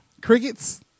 Crickets